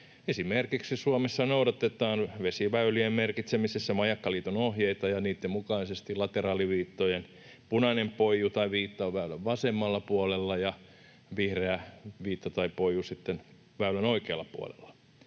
esimerkiksi vesiväylien merkitsemisessä, ja niitten mukaisesti lateraaliviittojen punainen poiju tai viitta on väylän vasemmalla puolella ja vihreä viitta tai poiju sitten väylän oikealla puolella.